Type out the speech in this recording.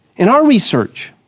in our research